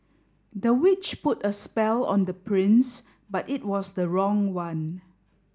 the witch put a spell on the prince but it was the wrong one